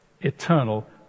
eternal